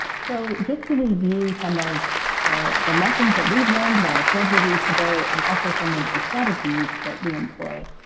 so just to review some of the lessons that we've learned that i shared with you today and also some of the strategies that we employ,